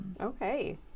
Okay